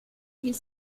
ils